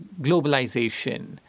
globalization